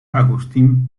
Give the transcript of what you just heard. agustín